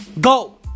Go